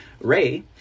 Ray